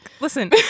Listen